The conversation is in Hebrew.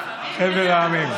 חבר העמים.